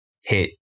hit